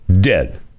dead